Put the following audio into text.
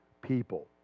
people